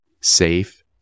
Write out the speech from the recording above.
Safe